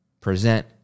present